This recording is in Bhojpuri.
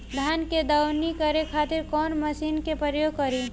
धान के दवनी करे खातिर कवन मशीन के प्रयोग करी?